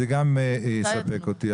זה גם יספק אותי.